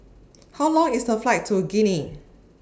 How Long IS A Flight to Guinea